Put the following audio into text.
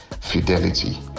fidelity